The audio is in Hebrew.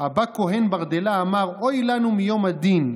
"אבא כהן ברדלא אמר אוי לנו מיום הדין.